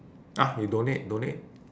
ah you donate donate